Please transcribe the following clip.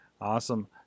Awesome